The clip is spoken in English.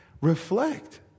Reflect